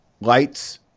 lights